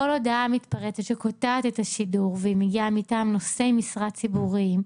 כל הודעה מתפרצת שקוטעת את השידור ומגיעה מטעם נושאי משרה ציבוריים,